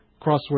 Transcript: crossword